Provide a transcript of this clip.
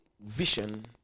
vision